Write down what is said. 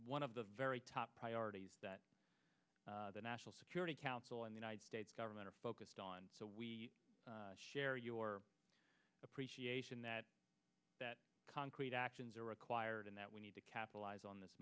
one of the very top priorities that the national security council and the united states government are focused on so we share your appreciation that that concrete actions are required and that we need to capitalize on this